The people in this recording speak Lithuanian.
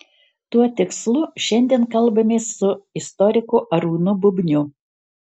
tuo tikslu šiandien kalbamės su istoriku arūnu bubniu